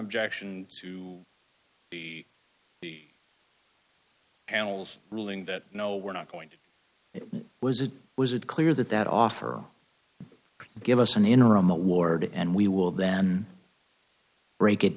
objection to the panel's ruling that no we're not going to it was it was it clear that that offer give us an interim award and we will then break it